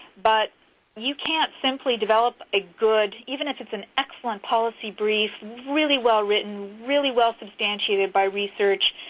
but you can't simply develop a good even if it's an excellent policy brief, really well written, really well substantiated by research,